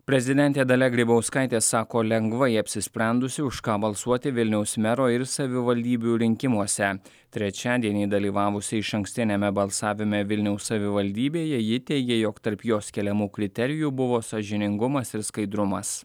prezidentė dalia grybauskaitė sako lengvai apsisprendusi už ką balsuoti vilniaus mero ir savivaldybių rinkimuose trečiadienį dalyvavusi išankstiniame balsavime vilniaus savivaldybėje ji teigė jog tarp jos keliamų kriterijų buvo sąžiningumas ir skaidrumas